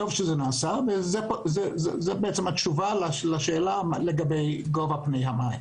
טוב שזה נעשה וזו התשובה לשאלה לגבי גובה פני המים.